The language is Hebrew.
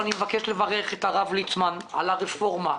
לברך את הרב ליצמן על הרפורמה.